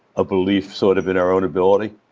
a belief, sort of, in our own ability.